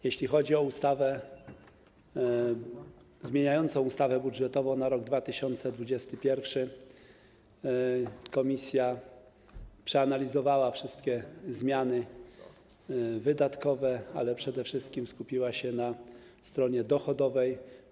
Jeśli chodzi o ustawę zmieniającą ustawę budżetową na rok 2021, komisja przeanalizowała wszystkie zmiany wydatkowe, ale przede wszystkim skupiła się na stronie dochodowej.